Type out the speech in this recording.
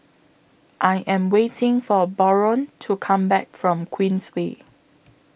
I Am waiting For Barron to Come Back from Queensway